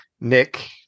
Nick